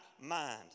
mind